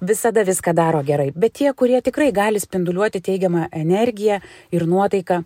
visada viską daro gerai bet tie kurie tikrai gali spinduliuoti teigiamą energiją ir nuotaiką